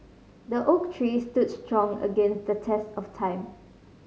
the oak tree stood strong against the test of time